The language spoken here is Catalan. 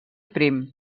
prim